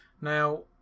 Now